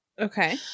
Okay